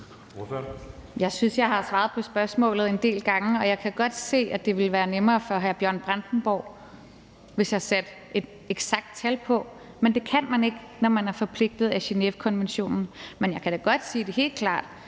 Jeg synes, jeg har svaret på spørgsmålet en del gange. Jeg kan godt se, at det ville være nemmere for hr. Bjørn Brandenborg, hvis jeg satte et eksakt tal på, men det kan man ikke, når man er forpligtet af Genèvekonventionen. Men jeg kan da godt sige helt klart